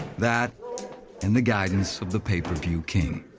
that and the guidance of the pay-per-view king.